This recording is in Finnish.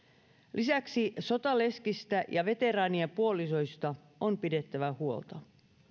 lisäksi sotaleskistä ja veteraanien puolisoista on pidettävä huolta